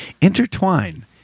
intertwine